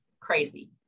crazy